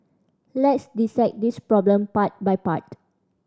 let's dissect this problem part by part